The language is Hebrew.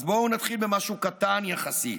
אז בואו נתחיל במשהו קטן יחסית,